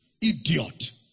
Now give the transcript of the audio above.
Idiot